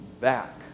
back